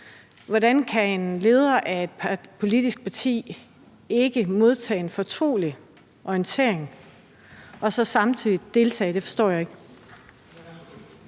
Hvordan kan en leder af et politisk parti ikke modtage en fortrolig orientering og så samtidig deltage? Det forstår jeg ikke.